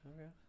Okay